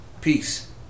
Peace